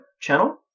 channel